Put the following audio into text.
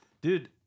dude